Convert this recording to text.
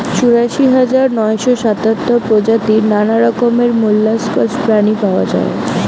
চুরাশি হাজার নয়শ সাতাত্তর প্রজাতির নানা রকমের মোল্লাসকস প্রাণী পাওয়া যায়